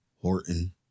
Horton